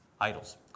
idols